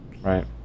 Right